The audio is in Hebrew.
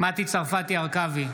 מטי צרפתי הרכבי,